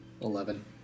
Eleven